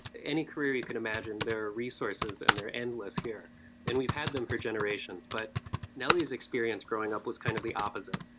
any career you can imagine, there are resources and they're endless here and we've had them for generations. but nelly's experience growing up was kind of the opposite,